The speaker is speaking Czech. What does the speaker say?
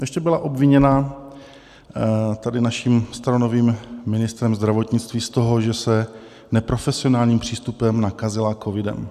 Ještě byla obviněna tady naším staronovým ministrem zdravotnictví z toho, že se neprofesionálním přístupem nakazila covidem.